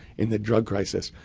in the drug crisis,